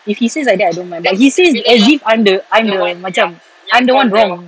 if he says like that I don't mind but he says as if I'm the I'm the macam I'm the one wrong